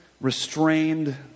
restrained